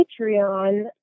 Patreon